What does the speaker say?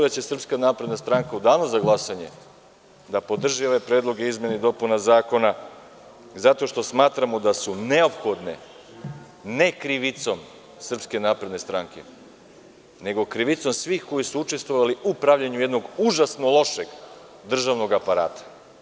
Srpska napredna stranka će u danu za glasanje podržati ove predloge izmena i dopuna zakona zato što smatramo da su neophodne ne krivicom SNS, nego krivicom svih koji su učestvovali u pravljenju jednog užasno lošeg državnog aparata.